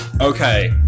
okay